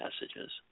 messages